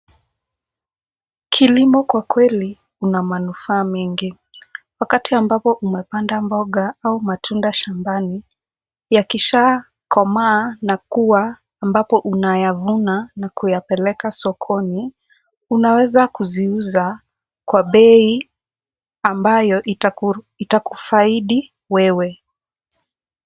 Kilimo kwa kweli unamanufaa mengi. Wakati ambapo umepanda mboga au matunda shambani, yakisha komaa na kuwa ambapo unayavuna na kuyapeleka sokoni, unaweza kuziuza kwa bei ambayo itakufaidi wewe.